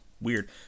weird